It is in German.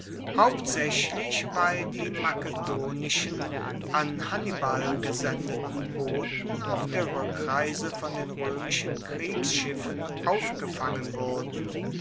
hauptsaechlich weil die makedonischen an hannibal gesendeten boten auf der rueckreise von den roemischen kriegsschiffen aufgefangen wurden